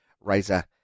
Razor